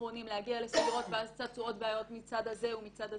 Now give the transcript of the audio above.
אחרונים ולהגיע ואז צצו עוד בעיות מצד זה ומצד זה.